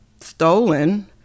stolen